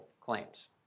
claims